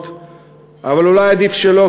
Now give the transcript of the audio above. אבל אולי עדיף שלא,